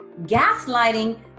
gaslighting